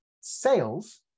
sales